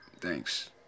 thanks